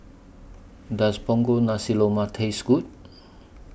Does Punggol Nasi Lemak Taste Good